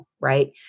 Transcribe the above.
right